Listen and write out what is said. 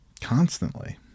Constantly